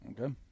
Okay